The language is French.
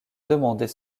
demander